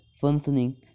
functioning